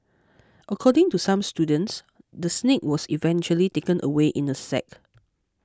according to some students the snake was eventually taken away in a sack